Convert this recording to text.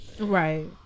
Right